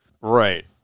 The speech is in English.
Right